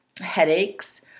headaches